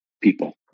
people